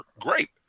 great